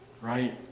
right